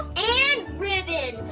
and ribbon.